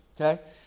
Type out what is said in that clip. okay